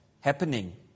happening